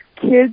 kids